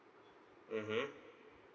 mmhmm